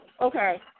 Okay